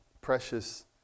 precious